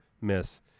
miss